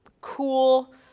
cool